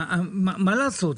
מה לעשות?